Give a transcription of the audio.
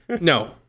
no